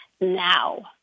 now